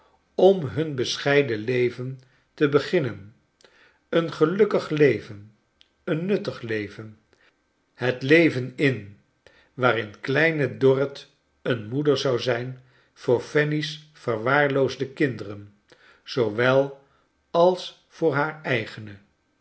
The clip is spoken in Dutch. om hun bescheiden leven te beginnen een gelukkig leven een nuttig leven het leven in waarin kleine dorrit een moeder zou zijn voor eanny's verwaarloosde kinderen zoowel als voor haar eigene